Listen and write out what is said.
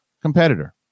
competitor